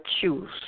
choose